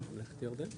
ממלכת ירדן.